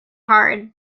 hard